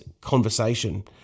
conversation